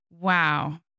Wow